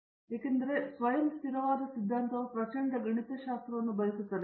ವಿಶ್ವನಾಥನ್ ಏಕೆಂದರೆ ಸ್ವಯಂ ಸ್ಥಿರವಾದ ಸಿದ್ಧಾಂತವು ಪ್ರಚಂಡ ಗಣಿತಶಾಸ್ತ್ರವನ್ನು ಬಯಸುತ್ತದೆ